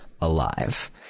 ALIVE